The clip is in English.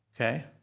Okay